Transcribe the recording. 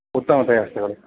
उत्तमतया अस्ति कलु